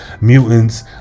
mutants